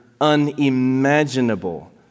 unimaginable